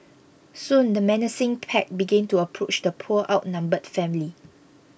soon the menacing pack began to approach the poor outnumbered family